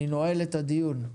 אני נועל את הדיון.